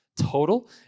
total